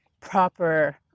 proper